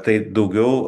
tai daugiau